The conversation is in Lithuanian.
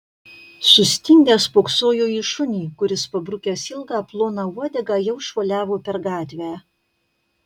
sustingęs spoksojo į šunį kuris pabrukęs ilgą ploną uodegą jau šuoliavo per gatvę